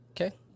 okay